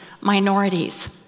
minorities